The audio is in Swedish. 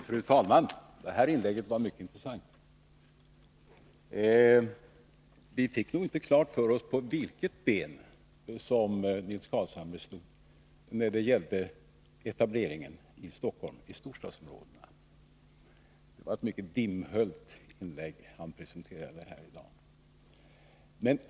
Fru talman! Detta inlägg var mycket intressant. Vi fick nog inte klart för oss på vilket ben Nils Carlshamre står när det gäller etableringen i Stockholm och övriga storstadsområden. Det var ett mycket dimhöljt inlägg som han presterade.